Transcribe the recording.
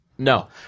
No